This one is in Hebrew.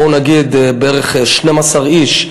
בואו נגיד בערך 12 איש,